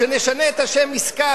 שנשנה את השם "עסקה".